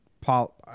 Paul